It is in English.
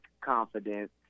confidence